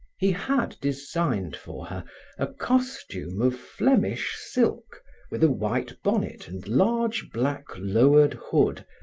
he had designed for her a costume of flemish silk with a white bonnet and large, black, lowered hood,